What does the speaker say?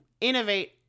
innovate